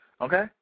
okay